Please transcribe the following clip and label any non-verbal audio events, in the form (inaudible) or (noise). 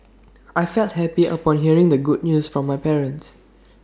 (noise) I felt happy upon hearing the good news from my parents